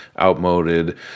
outmoded